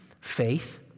faith